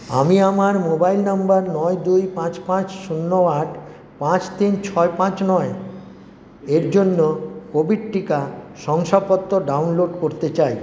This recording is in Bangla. আমি আমার মোবাইল নম্বর নয় দুই পাঁচ পাঁচ শূন্য আট পাঁচ তিন ছয় পাঁচ নয়ের জন্য কোভিড টিকা শংসাপত্র ডাউনলোড করতে চাই